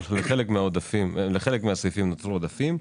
בחלק מהסעיפים נוצרו עודפים.